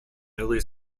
newly